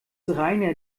rainer